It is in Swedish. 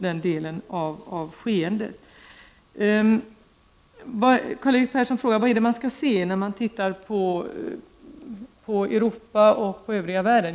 Karl-Erik Persson frågar: Vad skall man i detta sammanhang titta på när det gäller Europa och övriga världen?